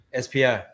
SPI